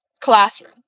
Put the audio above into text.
classroom